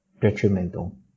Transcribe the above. detrimental